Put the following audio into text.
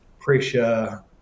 pressure